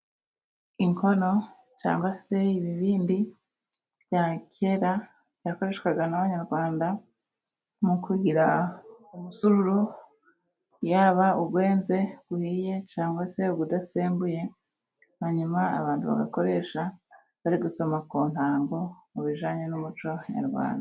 Inkono cyangwa se ibibindi bya kera byakoreshwaga n'abanyarwanda mu kugira umusururu yaba uwenze uhiye cyangwa se udasembuye hanyuma abantu bagakoresha bari gusoma ku ntango mu bijyanye n'umuco nyarwanda